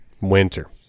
Winter